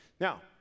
Now